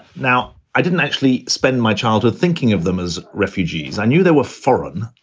now, i didn't actually spend my childhood thinking of them as refugees. i knew they were foreign.